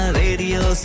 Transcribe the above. radio